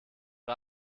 die